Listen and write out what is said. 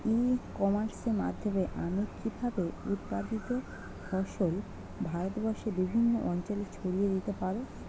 ই কমার্সের মাধ্যমে আমি কিভাবে উৎপাদিত ফসল ভারতবর্ষে বিভিন্ন অঞ্চলে ছড়িয়ে দিতে পারো?